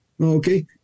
okay